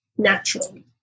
Naturally